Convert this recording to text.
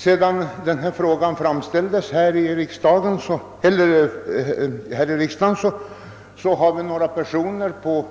Sedan min fråga framställdes här i riksdagen har jag och några andra personer på